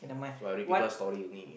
so I read people story only